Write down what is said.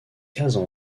cases